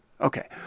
Okay